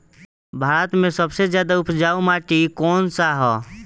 भारत मे सबसे ज्यादा उपजाऊ माटी कउन सा ह?